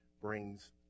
brings